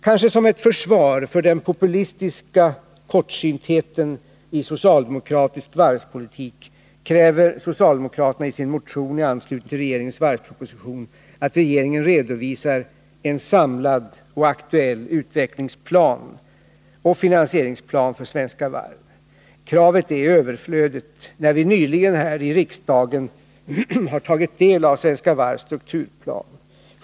Kanske som ett försvar för den populistiska kortsyntheten i socialdemokratisk varvspolitik kräver socialdemokraterna i sin motion i anslutning till regeringens varvsproposition att regeringen redovisar en samlad och aktuell utvecklingsplan och finansieringsplan för Svenska Varv. Kravet är överflödigt när vi nyligen här i riksdagen har tagit del av Svenska Varvs strukturplan.